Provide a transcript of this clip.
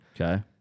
Okay